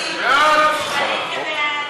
סעיף 21 נתקבל.